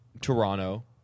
Toronto